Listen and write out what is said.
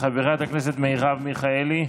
לא?